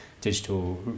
digital